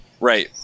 Right